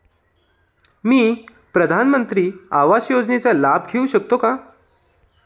मी प्रधानमंत्री आवास योजनेचा लाभ घेऊ शकते का?